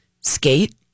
skate